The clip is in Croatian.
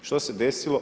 Što se desilo?